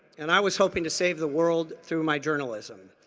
and i was hoping to save the world through my journalism.